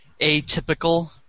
atypical